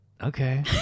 okay